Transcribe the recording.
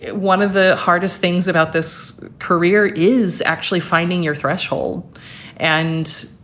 one of the hardest things about this career is actually finding your threshold and.